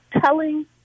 telling